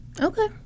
Okay